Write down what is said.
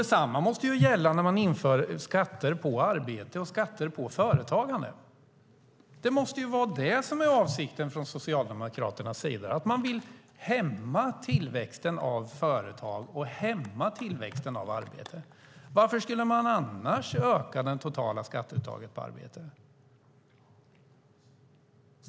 Detsamma måste gälla när man inför skatter på arbete och företagande. Det måste vara det som är Socialdemokraternas avsikt: att hämma tillväxten av företag och arbete. Varför skulle man annars öka det totala skatteuttaget på arbete?